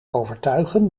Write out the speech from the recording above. overtuigen